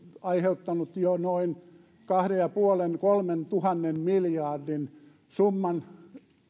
aiheuttanut jo noin kaksituhattaviisisataa kolmentuhannen miljardin summan